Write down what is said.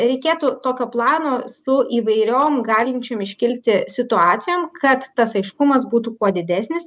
reikėtų tokio plano su įvairiom galinčiom iškilti situacijom kad tas aiškumas būtų kuo didesnis